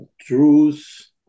truths